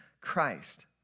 Christ